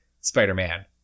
Spider-Man